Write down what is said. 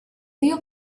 you